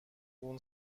اون